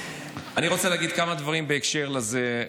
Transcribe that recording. אני רוצה להגיד כמה דברים בהקשר הזה.